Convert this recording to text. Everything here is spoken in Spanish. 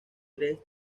tres